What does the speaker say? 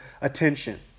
attention